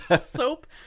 soap